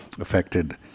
affected